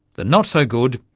the not so good,